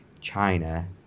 China